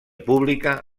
pública